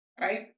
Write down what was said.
right